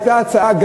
הייתה הצעה,